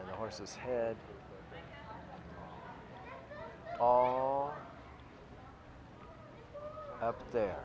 and the horse's head all up there